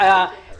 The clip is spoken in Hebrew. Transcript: מר דניאל,